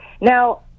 Now